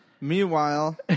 Meanwhile